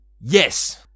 Yes